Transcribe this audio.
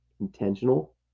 intentional